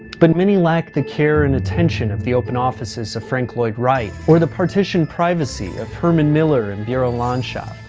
but many lack the care and attention of the open offices of frank lloyd wright, or the partitioned privacy of herman miller and burolandschaft.